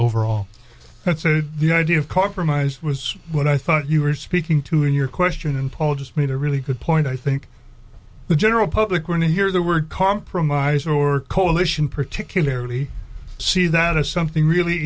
overall that's it the idea of compromise was what i thought you were speaking to in your question and paul just made a really good point i think the general public when it hears the word compromise or coalition particularly see that as something really